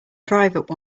private